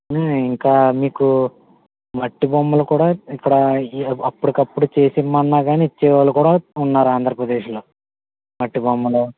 ఇంకా మీకు మట్టి బొమ్మలు కూడా ఇక్కడ ఈ అప్పటికి అప్పుడు చేసి ఇమ్మన్నా కానీ ఇచ్చేవాళ్ళు కూడా ఉన్నారు ఆంధ్రప్రదేశ్లో మట్టి బొమ్మలు